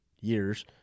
years